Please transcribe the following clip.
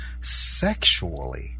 sexually